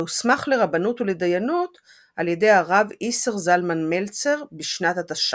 והוסמך לרבנות ולדיינות על ידי הרב איסר זלמן מלצר בשנת ה'תש"ח.